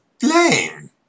blame